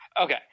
Okay